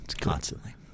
Constantly